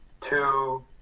two